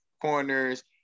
corners